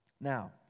Now